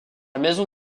maison